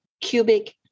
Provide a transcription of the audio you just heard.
cubic